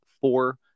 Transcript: four